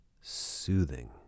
soothing